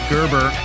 Gerber